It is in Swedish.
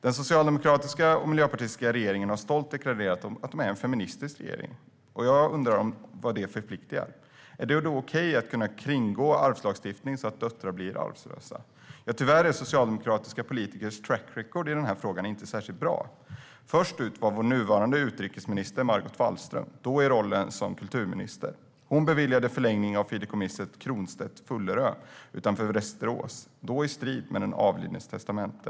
Den socialdemokratiska och miljöpartistiska regeringen har stolt deklarerat att den är en feministisk regering. Jag undrar vad det förpliktar till. Är det då okej att kringgå arvslagstiftningen så att döttrar blir arvlösa? Tyvärr är Socialdemokratiska politikers track record i den frågan inte särskilt bra. Först ut var vår nuvarande utrikesminister Margot Wallström, då i rollen som kulturminister. Hon beviljade förlängning av fideikommisset Cronstedts Fullerö utanför Västerås i strid med den avlidnes testamente.